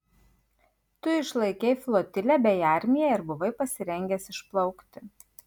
tu išlaikei flotilę bei armiją ir buvai pasirengęs išplaukti